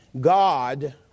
God